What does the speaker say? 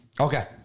Okay